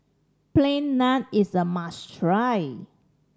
Plain Naan is a must try